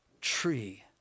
tree